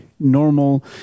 normal